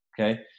okay